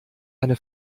eine